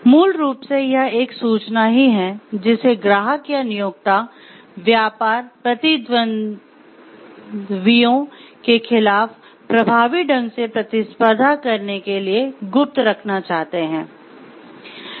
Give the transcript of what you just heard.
मूल रूप से यह एक सूचना ही है जिसे ग्राहक या नियोक्ता व्यापार प्रतिद्वंदियों के खिलाफ प्रभावी ढंग से प्रतिस्पर्धा करने के लिए गुप्त रखना चाहते हैं